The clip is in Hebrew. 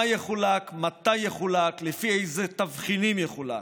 מה יחולק, מתי יחולק, לפי איזה תבחינים יחולק,